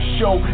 show